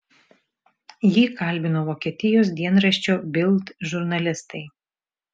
jį kalbino vokietijos dienraščio bild žurnalistai